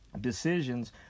decisions